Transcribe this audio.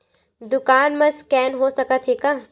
दुकान मा स्कैन हो सकत हे का?